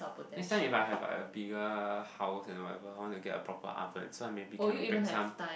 next time if I have like a bigger house and whatever I wanna get a proper oven so I maybe can bake some